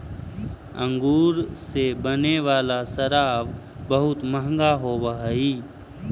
अंगूर से बने वाला शराब बहुत मँहगा होवऽ हइ